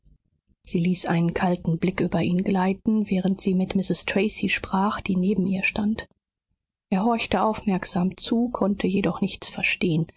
sie ließ einen kalten blick über ihn gleiten während sie mit mrs tracy sprach die neben ihr stand er horchte aufmerksam zu konnte jedoch nichts verstehen